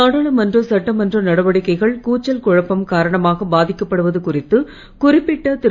நாடாளுமன்ற சட்டமன்ற நடவடிக்கைகள் கூச்சல் குழப்பம் காரணமாக பாதிக்கப்படுவது குறித்து குறிப்பிட்ட திரு